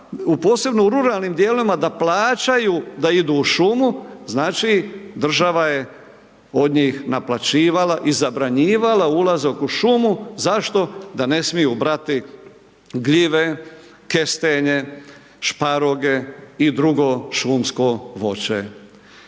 posebno u ruralnim dijelovima da plaćaju da idu u šumu, znači, država je od njih naplaćivala i zabranjivala ulazak u šumu. Zašto? Da ne smiju brati gljive, kestenje, šparoge i drugo šumsko voće.